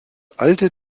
alte